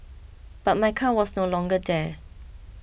but my car was no longer there